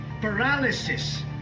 paralysis